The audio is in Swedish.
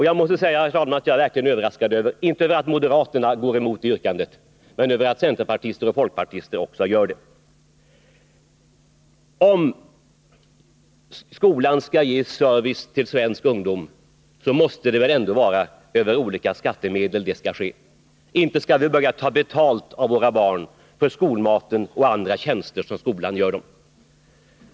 Jag måste säga, herr talman, att jag verkligen är överraskad, inte över att moderaterna går emot yrkandet men över att centerpartister och folkpartister också gör det. Om skolan skall ge service till svensk ungdom måste det väl ändå ske över olika skattemedel. Inte skall vi börja ta betalt av våra barn för skolmaten och andra tjänster som skolan gör dem.